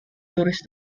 tourist